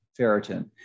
ferritin